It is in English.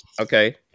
Okay